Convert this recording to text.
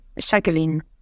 Jacqueline